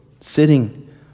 sitting